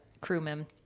crewmen